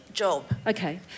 Okay